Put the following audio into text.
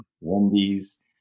Wendy's